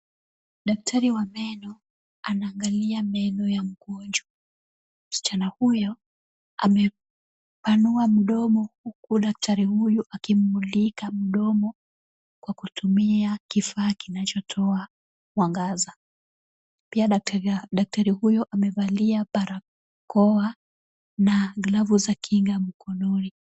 Daktari wa meno anaangalia meno ya mgonjwa. Msichana huyo amepanua mdomo huku daktari huyo akimmlika mdomo, kwa kutumia kifaa kinachotoa mwangaza. Pia daktari huyo amevalia barakoa na glavu za kinga mkononi.